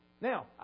Now